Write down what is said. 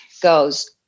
goes